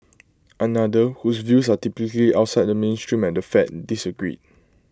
another whose views are typically outside the mainstream at the fed disagreed